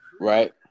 Right